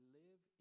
live